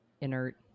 inert